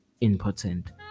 important